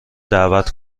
دعوت